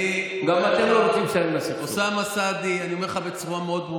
גם אתם רוצים לסיים עם הסכסוך.